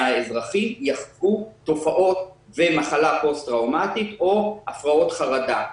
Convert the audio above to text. האזרחים יחוו תופעות ומחלה פוסט-טראומטית או הפרעות חרדה.